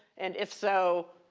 and if so,